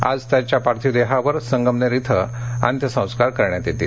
आज त्यांच्या पार्थिव देहावर संगमनेर धिं अंत्यसंस्कार करण्यात येतील